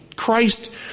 Christ